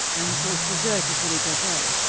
and because dessert is really dessert,